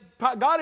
God